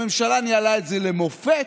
הממשלה ניהלה את זה למופת,